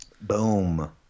Boom